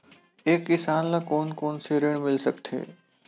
एक किसान ल कोन कोन से ऋण मिल सकथे?